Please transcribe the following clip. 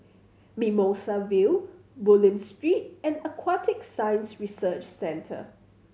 Mimosa View Bulim Street and Aquatic Science Research Centre